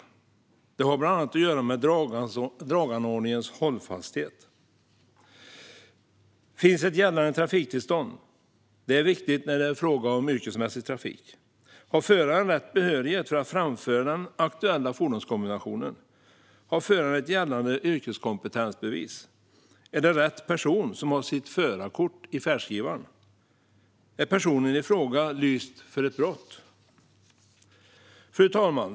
Det har bland annat att göra med draganordningens hållfasthet. Finns det ett gällande trafiktillstånd? Det är viktigt när det är fråga om yrkesmässig trafik. Har föraren rätt behörighet för att framföra den aktuella fordonskombinationen? Har föraren ett gällande yrkeskompetensbevis? Är det rätt person som har sitt förarkort i färdskrivaren? Är personen i fråga lyst för något brott? Fru talman!